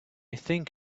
think